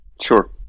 Sure